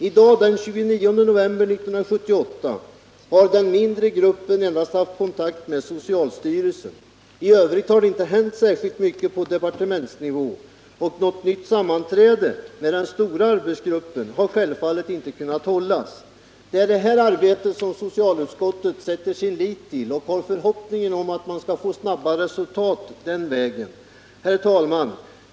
I dag, den 29 november 1978, har den mindre gruppen endast haft kontakt med socialstyrelsen. I övrigt har det inte hänt särskilt mycket på departementsnivå, och något nytt sammanträde med den stora arbetsgruppen har självfallet inte kunnat hållas. Det är det här arbetet som socialutskottet sätter sin lit till och som utskottet räknar med skall ge snabba resultat. Herr talman!